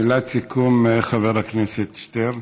מילת סיכום, חבר הכנסת שטרן.